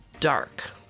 dark